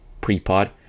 pre-pod